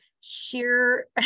sheer